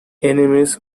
enemies